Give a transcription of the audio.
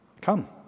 Come